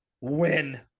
win